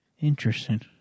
Interesting